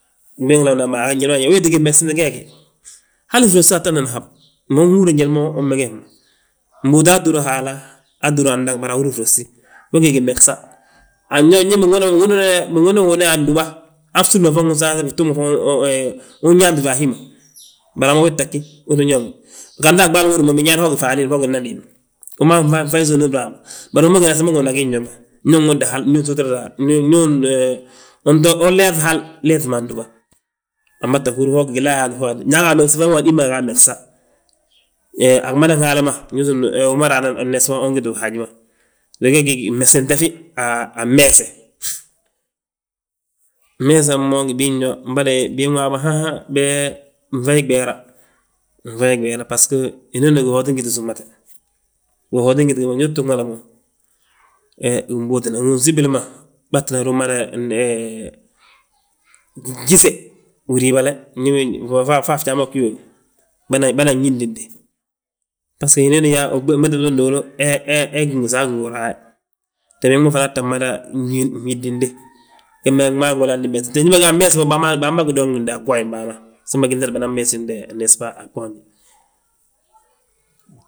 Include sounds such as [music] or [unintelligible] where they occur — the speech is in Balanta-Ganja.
[unintelligible] gimegsite gee gi, hali frosti aa tta nene hab, me unhúre njali ma ummeges ma. Mbúuta ttúuri Haala, aa ttúur andaŋ bari ahúri grosti, we gí gimegsa, anyo ndi binwuna, binwuna wuna andúban han fsúmli ma usanse, ftuug ma fana ma [hesitation] unyaanti fi a hí ma. Bari a mo weetta ggí uu ttin ñaama, ganti a ɓaali uwodi ma wi binyaana ho gí faadin fo gí nnadin ma ma wi ma nfayi sówni bra. Bari bayaa sam bâŋóodna a gii nyo ma, ndi unwundi hal, ñu suturat hal, ñun, unleef hal leefi ma andúba, ambata húr, ho gilla yaati fo nda yaati nda aga amegsa yis ma aga amegesa. We gimmadan Haala ma ndu wi nsúm wi ma raa nan nesba ungiti wi haji ma. Me we gí mmegsinte fi, a meese, meesen yo ngi biin yo, mboli biin waabo haan haan, be nayi gbeera, nfayi gbeera basgo, hinooni ginhotin giti súmmate. Gihotin giti ndu utuugnale, mo win bóotina unsibili ma, uriibale mbo fo fjaa ma fgí yoo, bânan yísndinde. Basgo hinooni biyaani bimeti nan mo nduulu, he gi sa agu uraaye. Te biñaŋ fana ta mada fnyís, nfyísdinde, gembe gmaa, ndi baga a mmeese, te ndi baga ameese, ba mbagi donde, a gwooyen baa ma, sam baginŧande baga megsinde, nesba a gboonje.